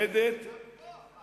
גם פה.